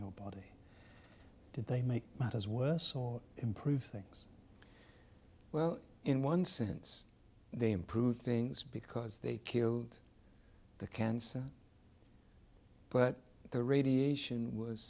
your body did they make matters worse or improve things well in one sense they improve things because they killed the cancer but the radiation was